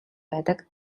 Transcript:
байдаг